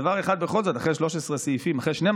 דבר אחד בכל זאת: אחרי 12 סעיפים שבהם